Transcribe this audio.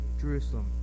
Jerusalem